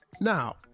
Now